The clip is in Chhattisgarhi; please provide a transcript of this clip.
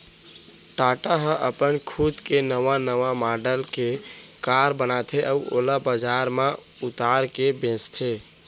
टाटा ह अपन खुद के नवा नवा मॉडल के कार बनाथे अउ ओला बजार म उतार के बेचथे